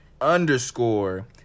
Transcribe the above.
underscore